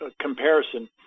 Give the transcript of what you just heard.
comparison